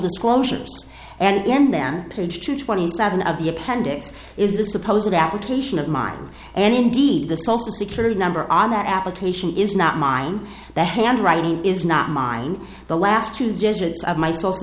disclosure and then page two twenty seven of the appendix is to suppose that application of mine and indeed the social security number on that application is not mine the handwriting is not mine the last two digits of my social